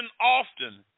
often